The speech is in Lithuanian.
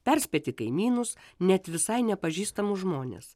perspėti kaimynus net visai nepažįstamus žmones